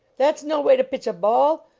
that s noway to pitch a ball!